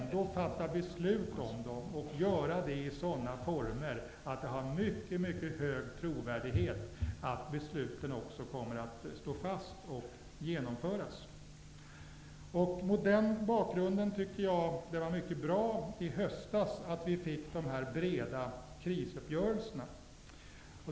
Vi bör ändå fatta beslut om dem och göra det i sådana former att det har mycket hög trovärdighet att besluten också kommer att stå fast och genomföras. Mot den bakgrunden var det mycket bra att vi i höstas fick dessa breda krisuppgörelser.